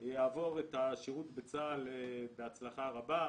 שיעבור את השירות בצה"ל בהצלחה רבה,